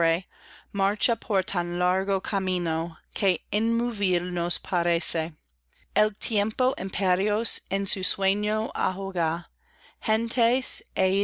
por tan largo camino que inmóvil nos parece el tiempo imperios en su sueño